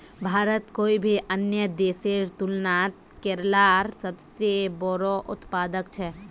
भारत कोई भी अन्य देशेर तुलनात केलार सबसे बोड़ो उत्पादक छे